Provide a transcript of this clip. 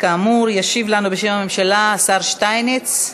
כאמור, בשם הממשלה ישיב לנו השר שטייניץ.